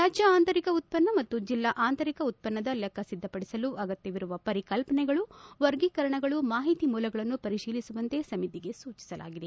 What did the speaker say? ರಾಜ್ಯ ಆಂತರಿಕ ಉತ್ಪನ್ನ ಮತ್ತು ಜಿಲ್ಲಾ ಆಂತರಿಕ ಉತ್ಪನ್ನದ ಲೆಕ್ಕ ಸಿದ್ದಪಡಿಸಲು ಅಗತ್ವವಿರುವ ಪರಿಕಲ್ಪನೆಗಳು ವರ್ಗಿಕರಣಗಳು ಮಾಹಿತಿ ಮೂಲಗಳನ್ನು ಪರಿಶೀಲಿಸುವಂತೆ ಸಮಿತಿಗೆ ಸೂಚಿಸಲಾಗಿದೆ